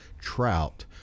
trout